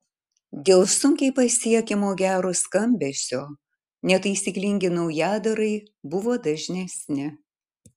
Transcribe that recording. dėl sunkiai pasiekiamo gero skambesio netaisyklingi naujadarai buvo dažnesni